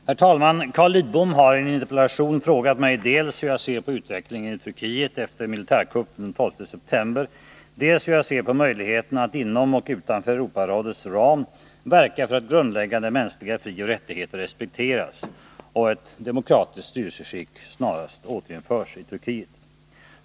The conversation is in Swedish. Herr talman! Carl Lidbom har i en interpellation frågat mig dels hur jag ser på utvecklingen i Turkiet efter militärkuppen den 12 september, dels hur jag ser på möjligheterna att inom och utanför Europarådets ram verka för att grundläggande mänskliga frioch rättigheter respekteras och ett demokratiskt styrelseskick snarast återinförs i Turkiet.